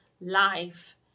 life